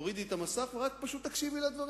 תורידי את המסך ורק פשוט תקשיבי לדברים.